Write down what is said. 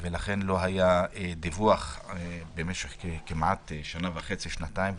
ולכן לא היה דיווח כמעט שנה וחצי, שנתיים.